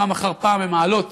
פעם אחר פעם הן מעלות